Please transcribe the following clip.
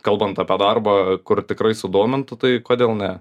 kalbant apie darbą kur tikrai sudomintų tai kodėl ne